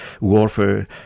warfare